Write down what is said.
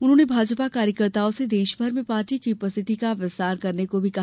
उन्होंने भाजपा कार्यकर्ताओं से देश भर में पार्टी की उपस्थिति का विस्तार करने को भी कहा